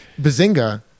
Bazinga